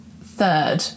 third